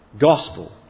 gospel